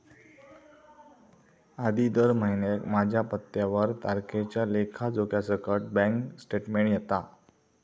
आधी दर महिन्याक माझ्या पत्त्यावर तारखेच्या लेखा जोख्यासकट बॅन्क स्टेटमेंट येता